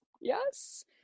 yes